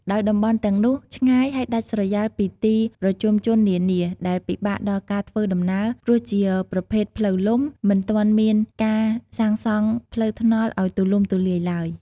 ដោយតំបន់ទាំងនោះ ឆ្ងាយហើយដាច់ស្រយាលពីទីប្រជុំជននានា ដែលពិបាកដល់ការធ្វើដំណើរ ព្រោះជាប្រភេទផ្លូវលំ មិនទាន់មានការសាងសង់ផ្លូវថ្នល់ឱ្យទូលំទូលាយទ្បើយ។